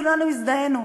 כולנו הזדהינו.